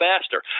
faster